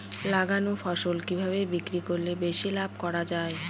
লাগানো ফসল কিভাবে বিক্রি করলে বেশি লাভ করা যায়?